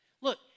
Look